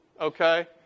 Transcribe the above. okay